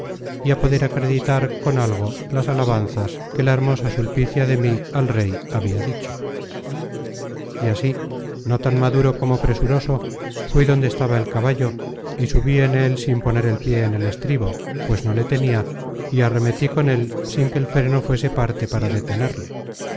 á poder acreditar con algo las alabanzas que la hermosa sulpicia de mí al rey habia dicho y así no tan maduro como presuroso fuí donde estaba el caballo y subí en él sin poner el pié en el estribo pues no le tenia y arremeti con él sin que el freno fuese parte para detenerle